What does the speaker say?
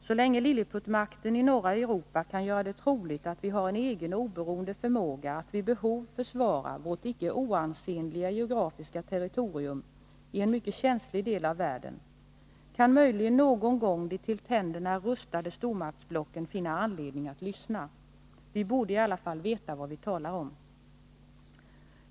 Så länge lilleputtmakten i norra Europa kan göra det troligt att vi har en egen och oberoende förmåga att vid behov försvara vårt icke oansenliga geografiska territorium i en mycket känslig del av världen kan möjligen någon gång de till tänderna rustade stormaktsblocken finna anledning att lyssna. Vi borde i alla fall veta vad vi talar om.